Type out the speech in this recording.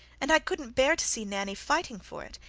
and i couldn't bear to see nanny fighting for it,